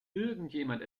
irgendjemand